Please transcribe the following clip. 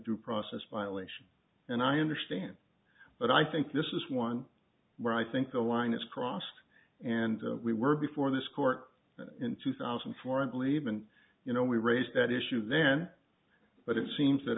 due process violation and i understand but i think this is one where i think the line is crossed and we were before this court in two thousand and four and leave and you know we raised that issue then but it seems that